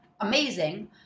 amazing